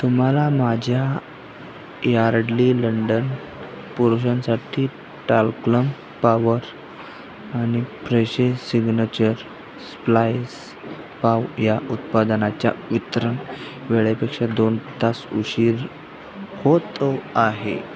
तुम्हाला माझ्या Yardley London पुरुषांसाठी टाल्क्लम पावर आणि फ्रेशे सिग्नेचर स्प्लाइस पाव या उत्पादनाच्या वितरण वेळेपेक्षा दोन तास उशीर होतो आहे